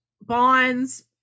bonds